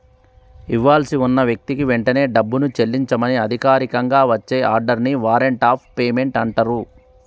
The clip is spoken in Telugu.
ఇవ్వాల్సి ఉన్న వ్యక్తికి వెంటనే డబ్బుని చెల్లించమని అధికారికంగా వచ్చే ఆర్డర్ ని వారెంట్ ఆఫ్ పేమెంట్ అంటరు